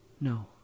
No